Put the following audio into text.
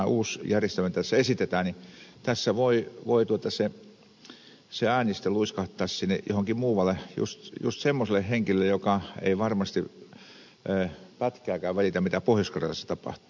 tässä uudessa järjestelmässä jota tässä esitetään voi se ääni sitten luiskahtaa johonkin muualle juuri semmoiselle henkilölle joka ei varmasti pätkääkään välitä mitä pohjois karjalassa tapahtuu